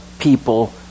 people